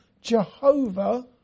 Jehovah